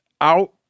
out